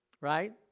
right